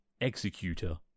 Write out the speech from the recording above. executor